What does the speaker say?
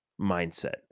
mindset